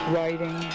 Writing